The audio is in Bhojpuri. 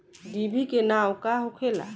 डिभी के नाव का होखेला?